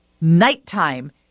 nighttime